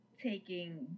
taking